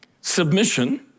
Submission